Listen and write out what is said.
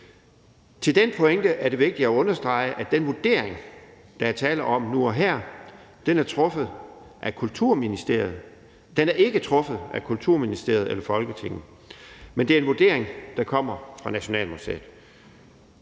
Om den pointe er det vigtigt at understrege, at den vurdering, der er tale om nu og her, ikke er foretaget af Kulturministeriet eller Folketinget, men at det er en vurdering, der kommer fra Nationalmuseet.